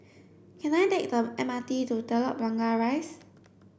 can I take the M R T to Telok Blangah Rise